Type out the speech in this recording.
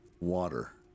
water